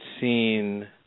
seen